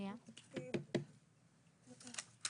אנחנו כן נצביע על הנוסח היום.